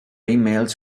emails